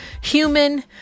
human